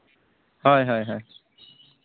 ᱦᱳᱭ ᱦᱳᱭ ᱦᱳᱭ